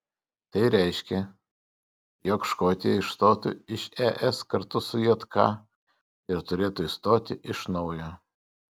tai reiškia jog škotija išstotų iš es kartu su jk ir turėtų įstoti iš naujo